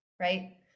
right